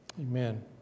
Amen